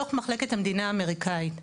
דו"ח מחלקת המדינה האמריקאית פורסם,